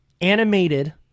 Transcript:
animated